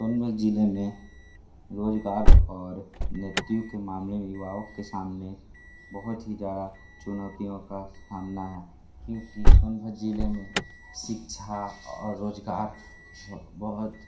सोनभद्र ज़िले में रोज़गार और मृत्यु के मामले में युवाओं के सामने बहुत ही ज़्यादा चुनौतियों का सामना है क्योंकि सोनभद्र ज़िले में शिक्षा और रोज़गार बहुत